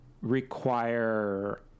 require